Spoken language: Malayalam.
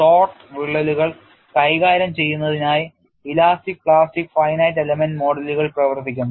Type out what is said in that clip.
ഷോർട്ട് വിള്ളലുകൾ കൈകാര്യം ചെയ്യുന്നതിനായി ഇലാസ്റ്റിക് പ്ലാസ്റ്റിക് finite എലമെന്റ് മോഡലുകൾ പ്രവർത്തിക്കുന്നു